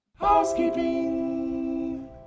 Housekeeping